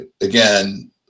again